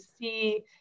see